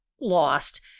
lost